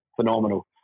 phenomenal